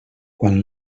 quan